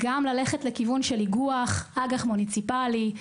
לנסות אפיקי אג"ח מוניציפלי,